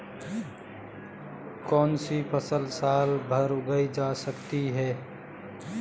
कौनसी फसल साल भर उगाई जा सकती है?